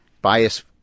Bias